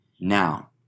Now